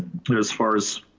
but as far as.